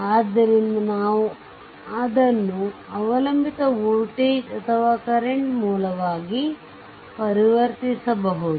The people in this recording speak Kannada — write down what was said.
ಆದ್ದರಿಂದ ನಾವು ಅದನ್ನು ಅವಲಂಬಿತ ವೋಲ್ಟೇಜ್ ಅಥವಾ ಕರೆಂಟ್ ಮೂಲಗಲಾಗಿ ಪರಿವರ್ತಿಸಬಹುದು